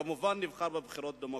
כמובן שנבחר בבחירות דמוקרטיות.